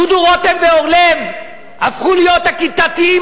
דודו רותם ואורלב הפכו להיות הכיתתיים,